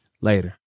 Later